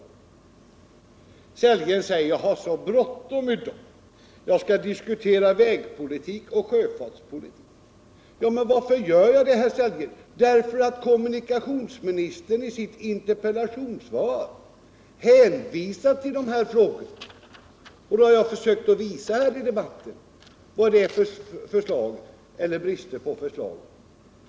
Herr Sellgren säger att jag har så bråttom i dag, jag skall diskutera vägpolitik och sjöfartspolitik. Men varför tar jag upp de här frågorna, herr Sellgren? Jo, därför att kommunikationsministern i sitt interpellationssvar hänvisar till dem. Därför har jag i debatten försökt att visa på bristerna i regeringens förslag eller bristen på förslag.